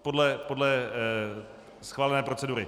Pojďme podle schválené procedury.